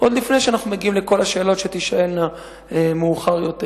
עוד לפני שאנחנו מגיעים לכל השאלות שתישאלנה מאוחר יותר,